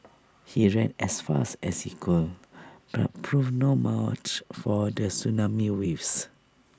he ran as fast as he could but proved no match for the tsunami waves